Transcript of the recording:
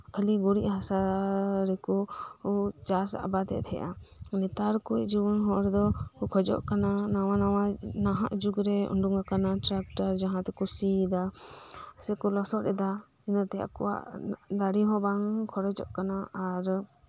ᱠᱷᱟᱹᱞᱤ ᱜᱷᱩᱨᱤᱡ ᱦᱟᱥᱟᱨᱮᱠᱚ ᱪᱟᱥ ᱟᱵᱟᱛᱮᱫ ᱛᱟᱦᱮᱸᱫ ᱟ ᱱᱮᱛᱟᱨ ᱠᱚ ᱡᱩᱣᱟᱹᱱ ᱦᱚᱲᱫᱚ ᱠᱷᱚᱡᱚᱜ ᱠᱟᱱᱟ ᱱᱟᱶᱟ ᱱᱟᱶᱟ ᱱᱟᱦᱟᱜ ᱡᱩᱜᱽᱨᱮ ᱳᱰᱳᱜᱽ ᱟᱠᱟᱱᱟ ᱴᱨᱟᱠᱴᱟᱨ ᱛᱮᱠᱚ ᱥᱤᱭᱮᱫᱟ ᱥᱮᱠᱚ ᱞᱚᱥᱚᱫ ᱮᱫᱟ ᱚᱱᱟᱛᱮ ᱟᱠᱩᱣᱟᱜ ᱫᱟᱨᱮ ᱦᱚᱸ ᱠᱷᱚᱨᱚᱪᱚᱜ ᱠᱟᱱᱟ ᱟᱨ